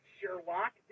Sherlock